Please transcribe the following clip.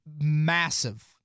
massive